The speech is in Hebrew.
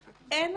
איתך.